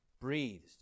breathed